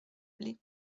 blés